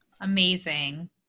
amazing